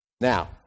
Now